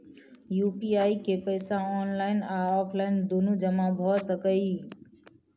UPI के पैसा online आ ऑफलाइन दुनू जमा भ सकै इ?